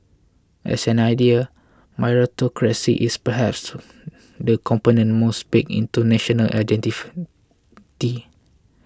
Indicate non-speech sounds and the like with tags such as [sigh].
as an idea meritocracy is perhaps the component most baked into national identity [unintelligible]